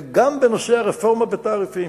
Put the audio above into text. וגם בנושא הרפורמה בתעריפים,